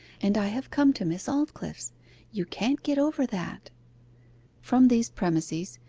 and i have come to miss aldclyffe's you can't get over that from these premises,